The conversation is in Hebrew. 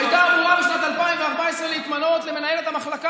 שהייתה אמורה להתמנות בשנת 2014 למנהלת המחלקה